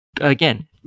Again